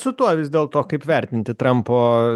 su tuo vis dėl to kaip vertinti trampo